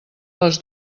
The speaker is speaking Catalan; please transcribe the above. les